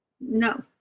No